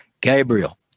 Gabriel